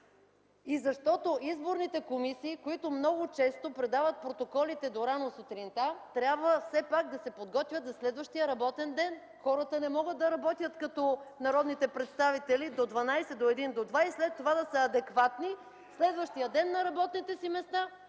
и защото изборните комисии, които много често предават протоколите до рано сутринта, трябва все пак да се подготвят за следващия работен ден. Хората не могат да работят като народните представители до 12,00, до 1,00, до 2,00 и след това да са адекватни следващия ден на работните си места.